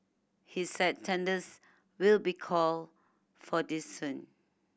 he said tenders will be called for this soon